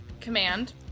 Command